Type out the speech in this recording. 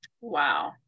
wow